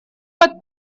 под